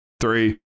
three